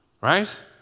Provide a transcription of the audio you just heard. right